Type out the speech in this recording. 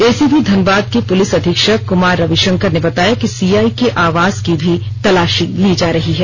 ACB Dhanbad के police अधीक्षक कुमार रविशंकर ने बताया कि सीआई के आवास की भी तलाशी ली जा रही है